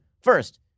First